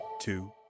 two